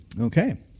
okay